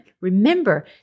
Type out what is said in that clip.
Remember